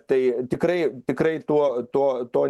tai tikrai tikrai tuo tuo tuo